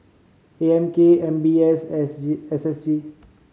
A M K M B S S G S S G